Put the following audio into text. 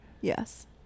yes